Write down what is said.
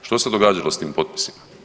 Što se događalo sa tim potpisima?